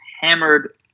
hammered